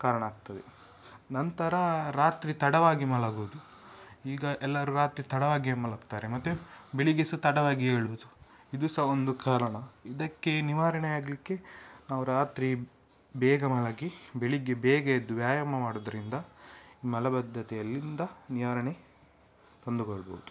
ಕಾರಣ ಆಗ್ತದೆ ನಂತರ ರಾತ್ರಿ ತಡವಾಗಿ ಮಲಗುವುದು ಈಗ ಎಲ್ಲಾರು ರಾತ್ರಿ ತಡವಾಗಿ ಮಲಗ್ತಾರೆ ಮತ್ತೆ ಬೆಳಿಗ್ಗೆ ಸಹ ತಡವಾಗಿ ಏಳುವುದು ಇದು ಸಹ ಒಂದು ಕಾರಣ ಇದಕ್ಕೆ ನಿವಾರಣೆ ಆಗಲಿಕ್ಕೆ ನಾವು ರಾತ್ರಿ ಬೇಗ ಮಲಗಿ ಬೆಳಿಗ್ಗೆ ಬೇಗ ಎದ್ದು ವ್ಯಾಯಾಮ ಮಾಡೋದ್ರಿಂದ ಈ ಮಲಬದ್ಧತೆಯಲ್ಲಿಂದ ನಿವಾರಣೆ ತಂದುಕೊಳ್ಬೋದು